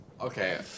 Okay